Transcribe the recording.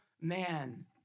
man